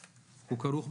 31 באוגוסט 2021. כפי